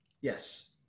Yes